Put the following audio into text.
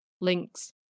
links